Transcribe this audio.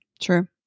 True